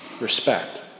Respect